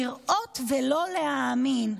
לראות ולא להאמין.